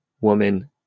woman